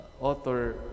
author